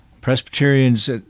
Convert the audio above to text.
Presbyterians